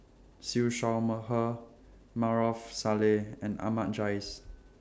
Siew Shaw Mur Her Maarof Salleh and Ahmad Jais